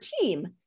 team